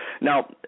now